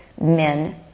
men